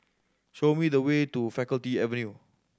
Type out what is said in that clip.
show me the way to Faculty Avenue